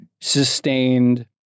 sustained